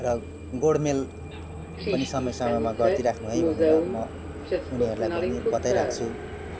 र गोडमेल पनि समय समयमा गरिदिराख्नु है भनेर म उनीहरूलाई भनि बताइ राख्छु